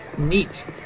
neat